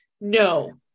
No